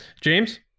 James